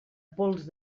pols